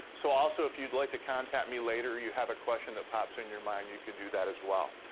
so also if you'd like to contact me later or you have a question that pops in your mind, you can do that as well.